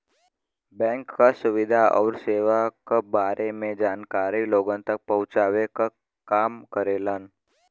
bank क सुविधा आउर सेवा क बारे में जानकारी लोगन तक पहुँचावे क काम करेलन